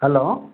hello